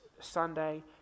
Sunday